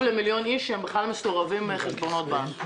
למיליון איש שהם בכלל מסורבי חשבונות בנק.